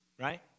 right